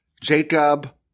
Jacob